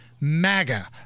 MAGA